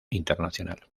internacional